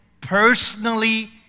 personally